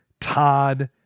Todd